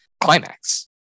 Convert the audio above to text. Climax